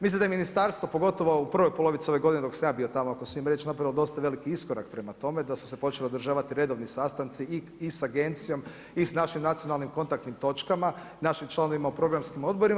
Mislim da je ministarstvo, pogotovo u prvoj polovici ove g. dok sam ja bio tamo, ako smijem reći, napravio dosta veliki iskorak prema tome, da su se počeli održavati redovni sastanci i sa agencijom i sa našim nacionalnim kontaktnim točkama, našim članovima u programskim odborima.